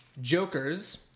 Joker's